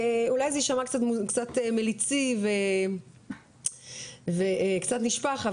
אולי זה יישמע קצת מוזר או מליצי וקצת "נשפך",